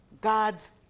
God's